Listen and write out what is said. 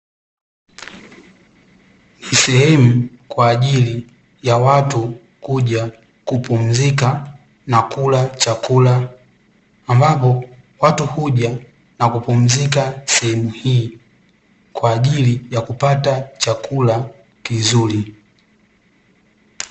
Ni sehemu kwa ajili ya watu kuja kupumzika na kula chakula, ambapo watu huja na kupumzika sehemu hii kwa ajili ya kupata chakula kizuri.